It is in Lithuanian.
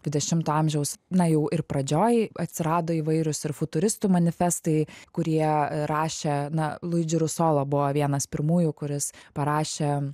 dvidešimto amžiaus na jau ir pradžioj atsirado įvairūs ir futuristų manifestai kurie rašė na luidži rusolo buvo vienas pirmųjų kuris parašė